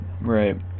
Right